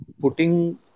putting